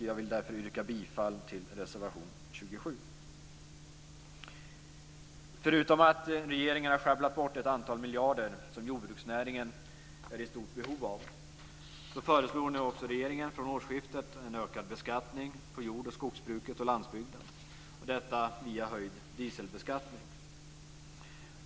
Jag vill därför yrka bifall till reservation 27. Förutom att regeringen har schabblat bort ett antal miljarder som jordbruksnäringen är i stort behov av föreslår nu också regeringen från årsskiftet en ökad beskattning på jord och skogsbruket och landsbygden. Detta görs via höjd dieselbeskattning.